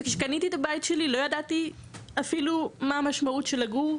וכשקניתי את הבית שלי לא ידעתי מה המשמעות של לגור